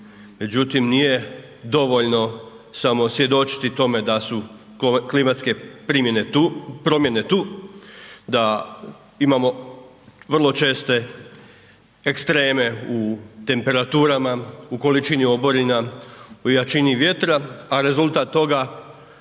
Međutim, nije divoljno samo svjedočiti tome da su klimatske promjene tu, da imamo vrlo česte ekstreme u temperaturama, u količini oborina, u jačini vjetra a rezultat toga